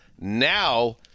now